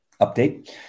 update